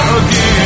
again